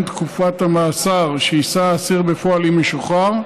תקופת המאסר שיישא האסיר בפועל אם ישוחרר,